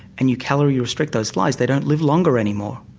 and you calorie restrict those flies, they don't live longer any more.